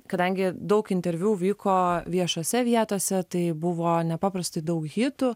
kadangi daug interviu vyko viešose vietose tai buvo nepaprastai daug hitų